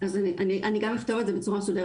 אז אני גם אכתוב את זה בצורה מסודרת.